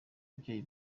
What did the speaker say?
babyeyi